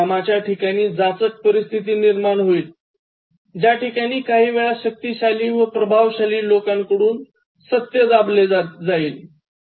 कामाच्या ठिकाणी जाचक परिस्थिती निर्माण होईल जैठिकाणी काही वेळा शक्तिशाली व प्रभावशाली लोकांकडून सत्य दाबले जाते